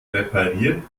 repariert